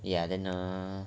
ya then ah